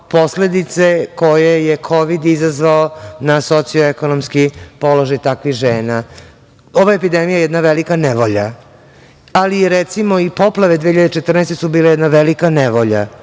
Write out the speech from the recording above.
posledice koje je kovid izazvao na socioekonomski položaj takvih žena. Ova epidemija je jedna velika nevolja, ali recimo i poplave 2014. godine su bile jedna velika nevolja.